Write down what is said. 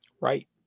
Right